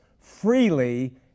freely